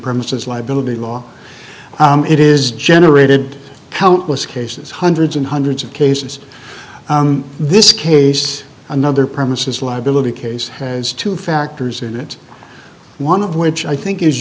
premises liability law it is generated how it was cases hundreds and hundreds of cases this case another premises liability case as two factors in it one of which i think is